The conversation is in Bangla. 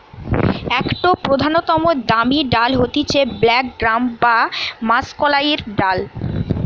একটো প্রধানতম দামি ডাল হতিছে ব্ল্যাক গ্রাম বা মাষকলাইর ডাল